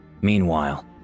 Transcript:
Meanwhile